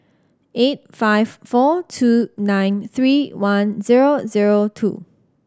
eight five four two nine three one zero zero two